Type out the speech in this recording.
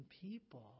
people